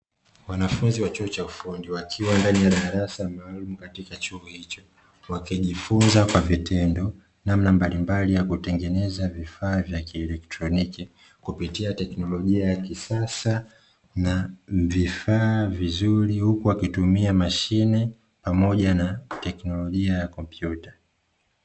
Wanafunzi wa chuo cha ufundi wakiwa ndani ya darasa maalumu katika chuo hicho, wakijifunza kwa vitendo namna mbalimbali ya kutengeneza vifaa vya kielektroniki, kupitia teknolojia ya kisasa na vifaa vizuri huku wakitumia mashine pamoja na teknolojia ya kompyuta.